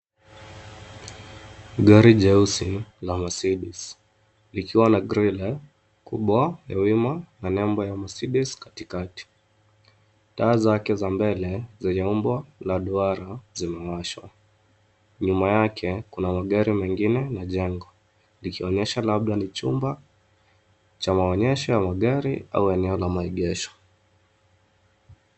Gari jeusi la (cs)Mercedes(cs) likiwa na groila kubwa la wima na nembo ya (cs)Mercedes(cs) katikati. Taa zake za mbele zenye umbo la duara zimeashwa. Nyuma yake kuna magari mengine na jengo likionyesha labda ni chumba cha maonyesho ya gari au eneo la maegesho.